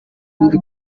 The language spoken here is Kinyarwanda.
biri